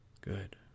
Good